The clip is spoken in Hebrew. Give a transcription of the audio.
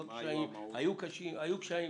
לא קשיים,